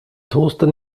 toaster